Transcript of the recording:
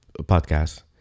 podcast